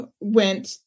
went